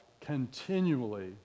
continually